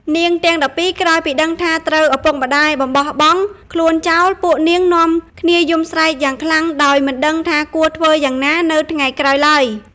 នាងទាំង១២ក្រោយពីដឹងថាត្រូវឪពុកម្តាយបំបោះបង់ខ្លួនចោល ពួកនាងនាំគ្នាយំស្រែកយ៉ាងខ្លាំងដោយមិនដឹងថាគួរធ្វើយ៉ាងណានៅថ្ងៃក្រោយឡើយ។